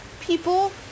People